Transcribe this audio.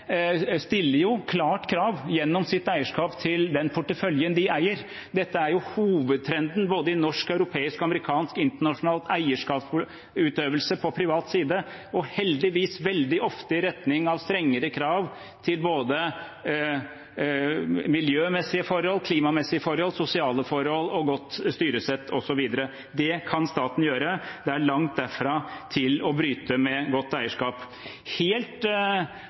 stiller jo et klart krav gjennom sitt eierskap til den porteføljen de eier. Dette er hovedtrenden i både norsk, europeisk og amerikansk internasjonal eierskapsutøvelse på privat side – og heldigvis veldig ofte i retning av strengere krav til både miljømessige forhold, klimamessige forhold, sosiale forhold, godt styresett, osv. Det kan staten gjøre. Det er langt derfra til å bryte med godt eierskap.